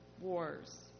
wars